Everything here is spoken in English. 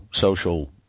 social